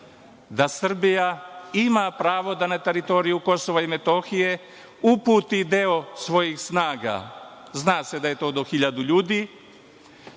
da Srbija ima pravo da na teritoriju Kosova i Metohije uputi deo svojih snaga. Zna se da je to do 1.000 ljudi,